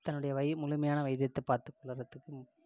தன்னுடைய வை முழுமையான வைத்தியத்தை பார்த்துட்டு வரத்துக்கு